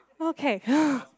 Okay